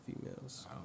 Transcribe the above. females